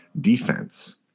defense